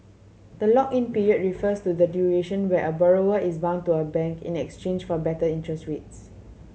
the lock in period refers to the duration where a borrower is bound to a bank in exchange for better interest rates